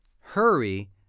Hurry